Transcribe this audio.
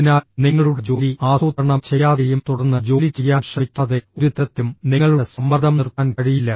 അതിനാൽ നിങ്ങളുടെ ജോലി ആസൂത്രണം ചെയ്യാതെയും തുടർന്ന് ജോലി ചെയ്യാൻ ശ്രമിക്കാതെ ഒരു തരത്തിലും നിങ്ങളുടെ സമ്മർദ്ദം നിർത്താൻ കഴിയില്ല